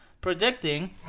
predicting